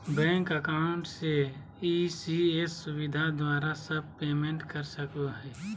bank account से ECS सुविधा द्वारा सब पेमेंट कर सको हइ